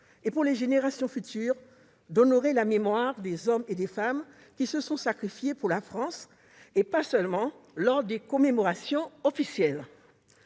et pour les générations futures, d'honorer la mémoire des hommes et des femmes qui se sont sacrifiés pour la France, et pas seulement lors des commémorations officielles.